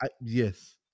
Yes